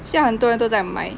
现在很多人都在卖